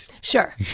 Sure